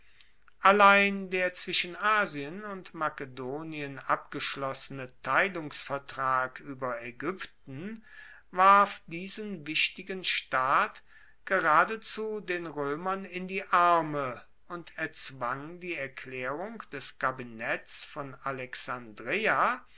allein der zwischen asien und makedonien abgeschlossene teilungsvertrag ueber aegypten warf diesen wichtigen staat geradezu den roemern in die arme und erzwang die erklaerung des kabinetts von alexandreia